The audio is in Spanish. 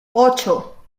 ocho